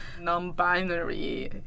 non-binary